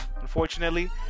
unfortunately